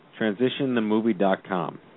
Transitionthemovie.com